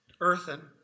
earthen